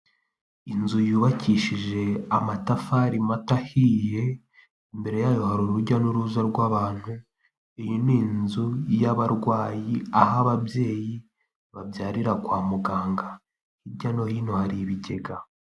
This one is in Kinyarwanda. Inzu yubakishije amatafari mato ahiye, imbere yayo hari urujya n'uruza rw'abantu, iyi ni inzu y'abarwayi, aho ababyeyi babyarira kwa muganga. Hirya no hino hari ibigega.